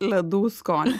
ledų skonį